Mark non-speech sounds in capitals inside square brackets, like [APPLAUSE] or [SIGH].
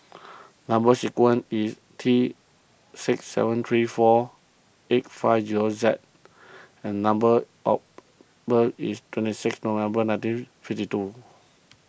[NOISE] Number Sequence is T six seven three four eight five zero Z and number of birth is twenty six November nineteen fifty two